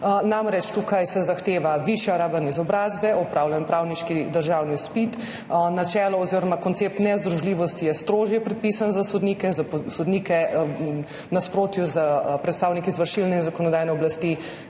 Namreč, tukaj se zahtevata višja raven izobrazbe, opravljen pravniški državni izpit, načelo oziroma koncept nezdružljivosti je strožje predpisan za sodnike, za sodnike v nasprotju s predstavniki izvršilne in zakonodajne oblasti